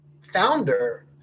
founder